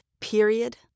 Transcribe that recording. Period